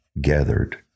gathered